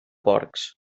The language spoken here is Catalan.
porcs